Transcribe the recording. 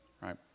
right